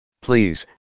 Please